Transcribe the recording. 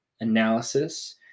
analysis